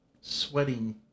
sweating